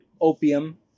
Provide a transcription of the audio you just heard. opium